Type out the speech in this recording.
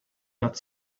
that